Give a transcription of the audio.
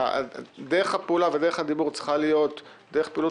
שדרך הפעולה והדיבור צריכות להיות דרך פעילות